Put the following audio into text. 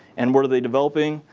and what are they developing?